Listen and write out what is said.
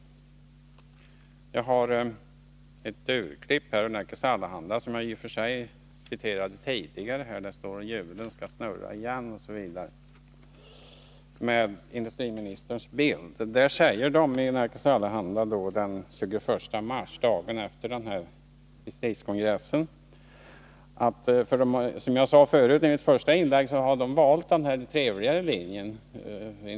Jag har ett urklipp ur Nerikes Allehanda. Jag citerade den tidningen tidigare. Rubriken lyder ”Hjulen skall snurra igen” , och bredvid är en bild av industriministern. Urklippet är från den 21 mars, dagen efter distriktskongressen. Som jag sade i mitt första inlägg har man där valt den här trevligare linjen.